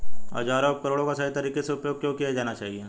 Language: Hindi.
औजारों और उपकरणों का सही तरीके से उपयोग क्यों किया जाना चाहिए?